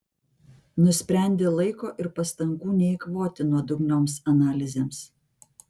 nusprendė laiko ir pastangų neeikvoti nuodugnioms analizėms